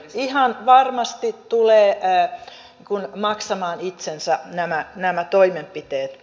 ihan varmasti tulevat maksamaan itsensä nämä toimenpiteet